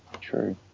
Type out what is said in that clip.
true